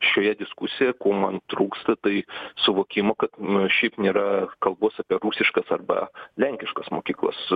šioje diskusijoje ko man trūksta tai suvokimo kad nu šiaip nėra kalbos apie rusiškas arba lenkiškas mokyklas